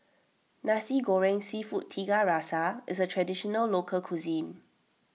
Nasi Goreng Seafood Tiga Rasa is a Traditional Local Cuisine